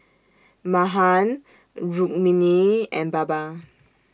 Mahan Rukmini and Baba